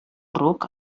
ruc